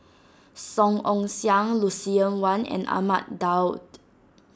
Song Ong Siang Lucien Wang and Ahmad Daud